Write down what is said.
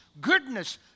goodness